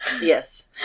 Yes